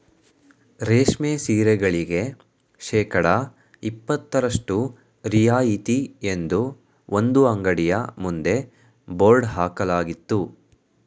ರೇಷ್ಮೆ ಸೀರೆಗಳಿಗೆ ಶೇಕಡಾ ಇಪತ್ತರಷ್ಟು ರಿಯಾಯಿತಿ ಎಂದು ಒಂದು ಅಂಗಡಿಯ ಮುಂದೆ ಬೋರ್ಡ್ ಹಾಕಲಾಗಿತ್ತು